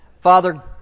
Father